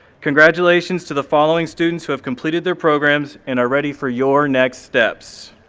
congratulations to the following students who have completed their programs and are ready for your next steps.